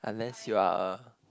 unless you are a